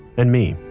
and me,